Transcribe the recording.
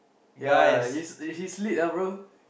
ya he's he's lit ah bro